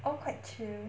all quite chill